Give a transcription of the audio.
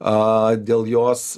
a dėl jos